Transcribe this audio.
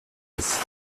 ist